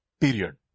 period